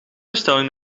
bestelling